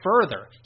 further